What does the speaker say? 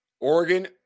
Oregon